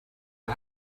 der